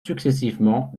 successivement